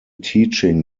teaching